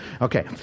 okay